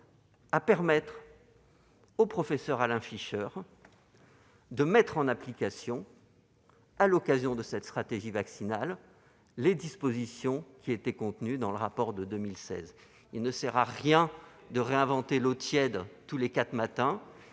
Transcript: à permettre au professeur Alain Fischer de mettre en application, à l'occasion de cette stratégie vaccinale, les dispositions qui étaient contenues dans le rapport de 2016. Il ne sert à rien de réinventer l'eau tiède tous les quatre matins